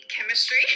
chemistry